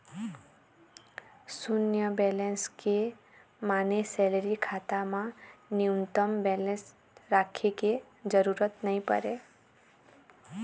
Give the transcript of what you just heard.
सून्य बेलेंस के माने सेलरी खाता म न्यूनतम बेलेंस राखे के जरूरत नइ परय